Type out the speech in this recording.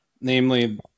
namely